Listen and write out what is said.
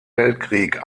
weltkrieg